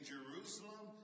Jerusalem